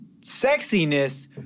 sexiness